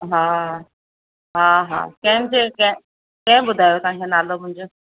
हा हा हा कंहिंजे कंहिं कंहिं ॿुधायो तव्हांखे नालो मुंहिंजो